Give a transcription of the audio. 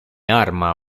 arma